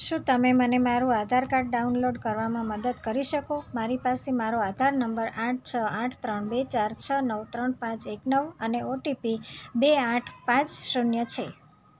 શું તમે મને મારું આધાર કાર્ડ ડાઉનલોડ કરવામાં મદદ કરી શકો મારી પાસે મારો આધાર નંબર આઠ છ આઠ ત્રણ બે ચાર છ નવ ત્રણ પાંચ એક નવ અને ઓટીપી બે આઠ પાંચ શૂન્ય છે